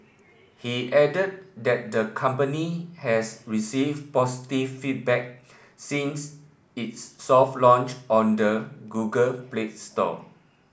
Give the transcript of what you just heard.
he added that the company has receive positive feedback since its soft launch on the Google Play Store